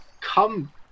come